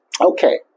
Okay